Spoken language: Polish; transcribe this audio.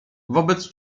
wobec